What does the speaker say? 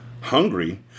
hungry